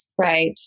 right